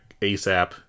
ASAP